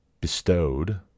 bestowed